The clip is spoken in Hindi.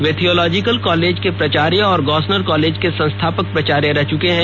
वे थियोलॉजिकल कॉलेज के प्राचार्य और गोस्सनर कॉलेज के संस्थापक प्राचार्य रह चुके हैं